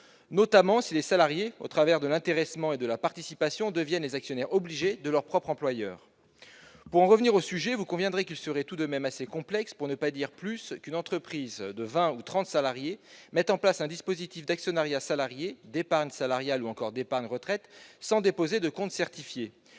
notamment si les salariés, au travers de l'intéressement et de la participation, deviennent les actionnaires obligés de leur propre employeur. Pour en revenir au sujet, vous conviendrez qu'il serait tout de même assez complexe, pour ne pas dire plus, qu'une entreprise de 20 ou 30 salariés mette en place un dispositif d'actionnariat salarié, d'épargne salariale ou encore d'épargne retraite sans déposer de comptes certifiés.